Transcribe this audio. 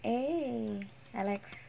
eh alex